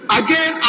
again